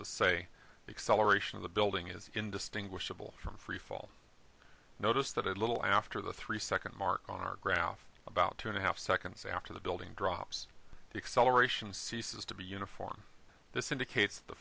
to say acceleration of the building is indistinguishable from freefall notice that a little after the three second mark on our graph about two and a half seconds after the building drops the acceleration ceases to be uniform this indicates the